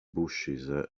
bushes